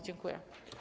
Dziękuję.